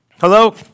Hello